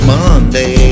Monday